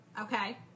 okay